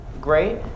great